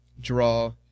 draw